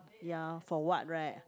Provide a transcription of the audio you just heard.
ya for what right